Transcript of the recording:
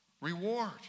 reward